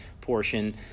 portion